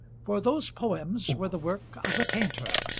for those poems were the work of a painter,